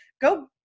go